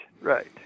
right